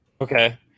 Okay